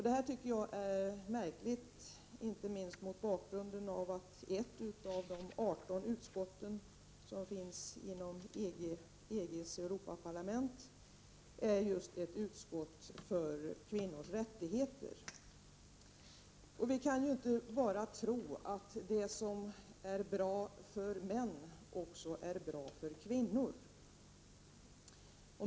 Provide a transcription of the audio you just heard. Det tycker jag är märkligt, inte minst mot bakgrund av att ett av de 18 utskott som finns inom EG:s Europaparlament är just ett utskott för kvinnors rättigheter. Vi kan ju inte bara tro att det som är bra för män också är bra för kvinnor.